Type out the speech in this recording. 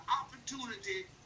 opportunity